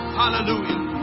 hallelujah